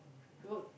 work